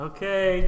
Okay